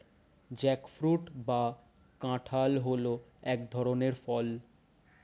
jackfruit বা কাঁঠাল হল এক ধরনের ফল